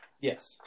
yes